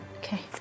Okay